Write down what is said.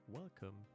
welcome